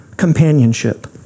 companionship